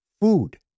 food